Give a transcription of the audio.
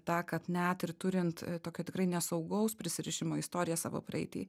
ta kad net ir turint tokią tikrai ne saugaus prisirišimo istoriją savo praeity